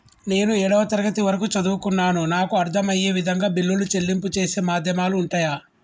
నేను ఏడవ తరగతి వరకు చదువుకున్నాను నాకు అర్దం అయ్యే విధంగా బిల్లుల చెల్లింపు చేసే మాధ్యమాలు ఉంటయా?